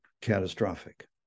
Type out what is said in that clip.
catastrophic